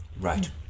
Right